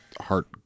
heart